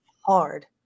hard